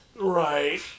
right